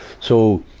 so,